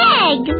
egg